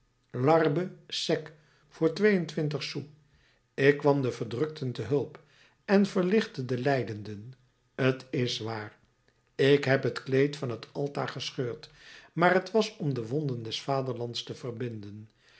larbre sec voor twee-en-twintig sous ik kwam de verdrukten te hulp en verlichtte de lijdenden t is waar ik heb het kleed van t altaar gescheurd maar t was om de wonden des vaderlands te verbinden